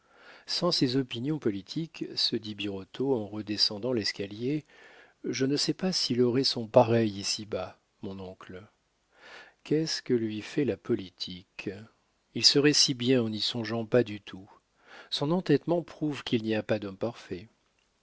sans ses opinions politiques se dit birotteau en redescendant l'escalier je ne sais pas s'il aurait son pareil ici-bas mon oncle qu'est-ce que lui fait la politique il serait si bien en n'y songeant pas du tout son entêtement prouve qu'il n'y a pas d'homme parfait